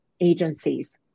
agencies